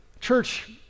Church